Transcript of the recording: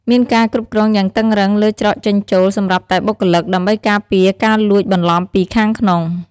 មានការគ្រប់គ្រងយ៉ាងតឹងរ៉ឹងលើច្រកចេញចូលសម្រាប់តែបុគ្គលិក ដើម្បីការពារការលួចបន្លំពីខាងក្នុង។